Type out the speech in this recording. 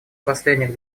последних